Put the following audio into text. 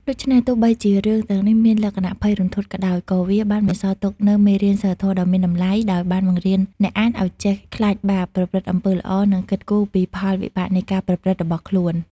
ដូច្នេះ ទោះបីជារឿងទាំងនេះមានលក្ខណៈភ័យរន្ធត់ក៏ដោយ ក៏វាបានបន្សល់ទុកនូវមេរៀនសីលធម៌ដ៏មានតម្លៃ ដោយបានបង្រៀនអ្នកអានឲ្យចេះខ្លាចបាប ប្រព្រឹត្តអំពើល្អ និងគិតគូរពីផលវិបាកនៃការប្រព្រឹត្តរបស់ខ្លួន។